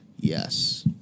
Yes